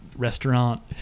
restaurant